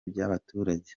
by’abaturage